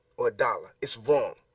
or a dollar, it's wrong.